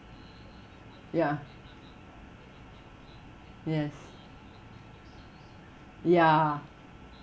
ya yes ya